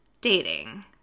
dating